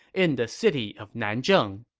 in the city of nanzheng.